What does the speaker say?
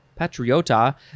patriota